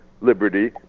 liberty